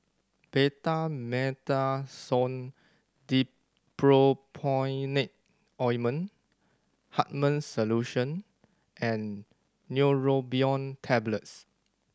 Betamethasone Dipropionate Ointment Hartman's Solution and Neurobion Tablets